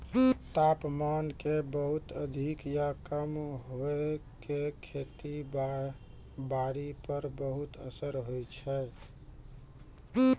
तापमान के बहुत अधिक या कम होय के खेती बारी पर बहुत असर होय छै